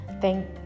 Thank